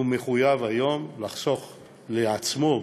מחויב היום לחסוך לעצמו,